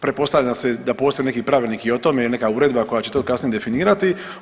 Pretpostavlja se da postoji neki pravilnik i o tome ili neka uredba koja će to kasnije definirati.